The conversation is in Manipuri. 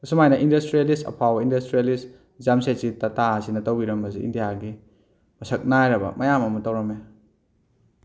ꯑꯁꯨꯃꯥꯏꯅ ꯏꯟꯗꯁꯇ꯭ꯔꯤꯌꯦꯂꯤꯁ ꯑꯐꯥꯎꯕ ꯏꯟꯗꯁꯇ꯭ꯔꯤꯌꯦꯂꯤꯁ ꯖꯝꯁꯦꯠꯖꯤ ꯇꯥꯇꯥ ꯁꯤꯅ ꯇꯧꯕꯤꯔꯝꯕꯁꯤ ꯏꯟꯗꯤꯌꯥꯒꯤ ꯃꯁꯛ ꯅꯥꯏꯔꯕ ꯃꯌꯥꯝ ꯑꯃ ꯇꯧꯔꯝꯃꯤ